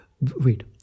wait